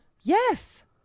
yes